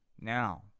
Now